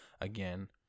again